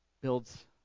builds